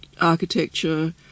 architecture